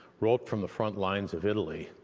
wrote from the front lines of italy,